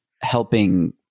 helping